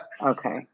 Okay